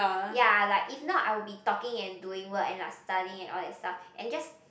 ya like if not I will be talking and doing work and like studying and all that stuff and just